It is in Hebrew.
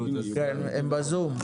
הוא ב-זום.